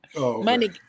money